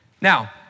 Now